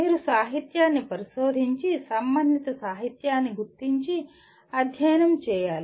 మీరు సాహిత్యాన్ని పరిశోధించి సంబంధిత సాహిత్యాన్ని గుర్తించి అధ్యయనం చేయాలి